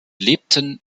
lebten